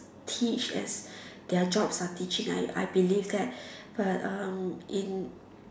teach as their jobs are teaching I I believe that but um in